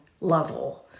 level